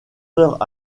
heures